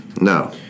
No